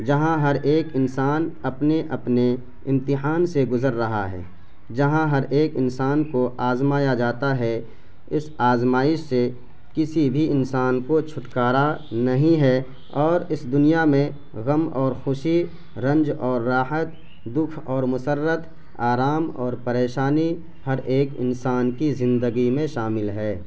جہاں ہر ایک انسان اپنے اپنے امتحان سے گزر رہا ہے جہاں ہر ایک انسان کو آزمایا جاتا ہے اس آزمائی سے کسی بھی انسان کو چھٹکارا نہیں ہے اور اس دنیا میں غم اور خوشی رنج اور راحت دکھ اور مسرت آرام اور پریشانی ہر ایک انسان کی زندگی میں شامل ہے